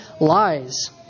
lies